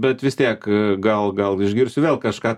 bet vis tiek gal gal išgirsiu vėl kažką